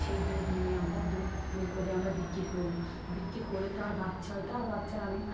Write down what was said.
সেই দুধ নিয়ে আমরা দুধ বের করে আমরা বিক্রির করি বিক্রির করে তার বাচ্চা হয় তার বাচ্চার আমি